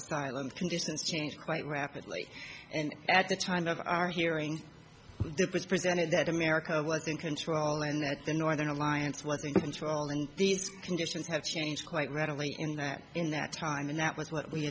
asylum conditions changed quite rapidly and at the time of our hearing it was presented that america was in control and that the northern alliance was these conditions have changed quite readily in that in that time and that was what we